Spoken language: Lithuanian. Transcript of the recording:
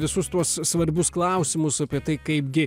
visus tuos svarbius klausimus apie tai kaipgi